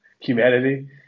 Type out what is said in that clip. humanity